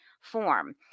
form